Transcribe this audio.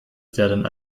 werden